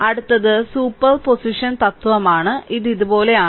അടുത്തത് സൂപ്പർപോസിഷൻ തത്വമാണ് ഇത് ഇതുപോലെയാണ്